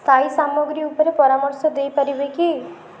ସ୍ଥାୟୀ ସାମଗ୍ରୀ ଉପରେ ପରାମର୍ଶ ଦେଇ ପାରିବେ କି